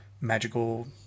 magical